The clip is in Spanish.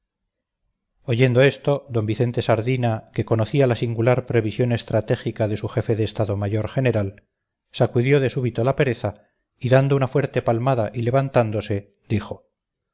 oyendo esto d vicente sardina que conocía la singular previsión estratégica de su jefe de estado mayor general sacudió de súbito la pereza y dando una fuerte palmada y levantándose dijo